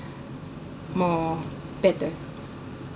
more better